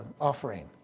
offering